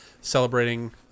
celebrating